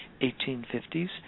1850s